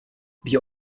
wir